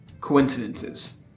coincidences